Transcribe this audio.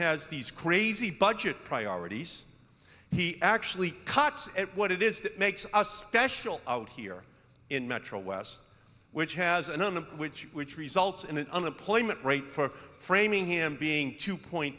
has these crazy budget priorities he actually cuts at what it is that makes us special out here in metro west which has a none of which which results in an unemployment rate for framing him being two point